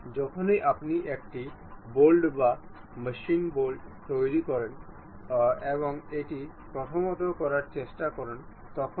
এখন আমরা দেখতে পাচ্ছি যে এটি এই অঙ্গুলার দিকটিতে একটি কন্সট্রেইন্ট গতি দেখায়